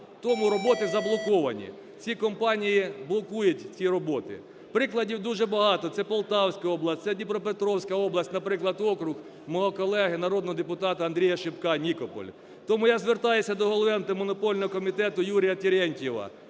тому роботи заблоковані. Ці компанії блокують ці роботи. Прикладів дуже багато, це Полтавська область, це Дніпропетровська область, наприклад, округ мого колеги народного депутата Андрія Шипка, Нікополь. Тому я звертаюся до голови Антимонопольного комітету Юрія Терентьєва